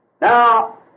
Now